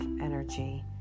energy